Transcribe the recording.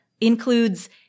includes